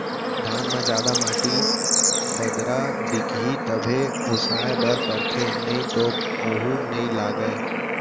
धान म जादा माटी, बदरा दिखही तभे ओसाए बर परथे नइ तो वोहू नइ लागय